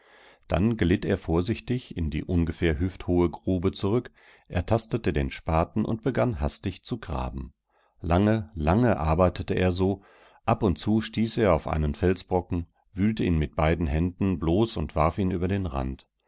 dann glitt er vorsichtig in die ungefähr hüfthohe grube zurück ertastete den spaten und begann hastig zu graben lange lange arbeitete er so ab und zu stieß er auf einen felsbrocken wühlte ihn mit beiden händen bloß und warf ihn über den rand